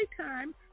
time